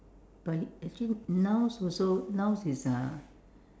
but actually nouns also nouns is uh